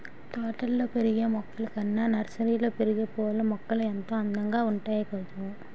తోటల్లో పెరిగే మొక్కలు కన్నా నర్సరీలో పెరిగే పూలమొక్కలు ఎంతో అందంగా ఉంటాయి కదూ